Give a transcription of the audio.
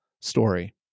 story